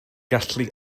gallu